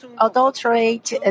adulterate